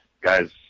guys